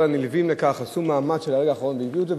וכל הנלווים לכך עשו מאמץ של הרגע האחרון והביאו את זה.